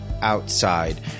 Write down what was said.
outside